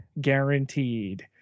guaranteed